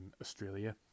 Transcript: Australia